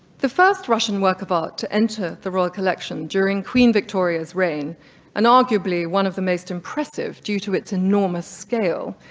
the first russian work of art to enter the royal collection during queen victoria's reign and arguably one of the most impressive due to its enormous scale,